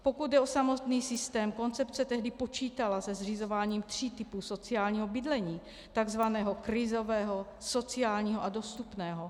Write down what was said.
Pokud jde o samotný systém, koncepce tehdy počítala se zřizováním tří typů sociálního bydlení, tzv. krizového, sociálního a dostupného.